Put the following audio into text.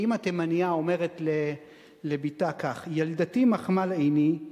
שאמא תימנייה אומרת לבתה כך: "ילדתי מחמל עיני,/